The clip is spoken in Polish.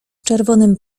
czerwonym